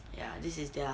ya this is their